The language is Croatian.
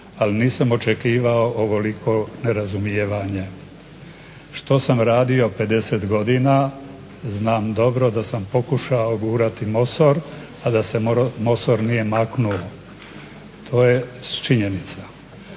ali nisam očekivao ovoliko nerazumijevanje. Što sam radio 50 godina? Znam dobro da sam pokušao gurati Mosor, a da se Mosor nije maknuo. To je činjenica.